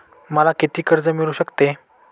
मला किती कर्ज मिळू शकते?